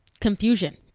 confusion